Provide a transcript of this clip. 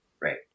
Right